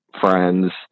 friends